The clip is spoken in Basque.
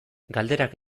galderak